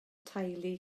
teulu